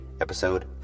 episode